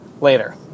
later